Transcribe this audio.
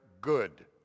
good